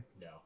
No